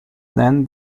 then